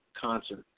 concert